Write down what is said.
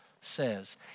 says